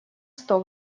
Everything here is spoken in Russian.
сто